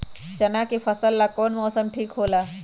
चाना के फसल ला कौन मौसम ठीक होला?